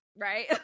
Right